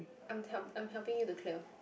I'm I'm helping you to clear